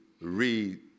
read